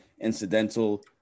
incidental